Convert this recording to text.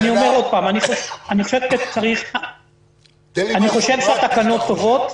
אני חושב שהתקנות טובות.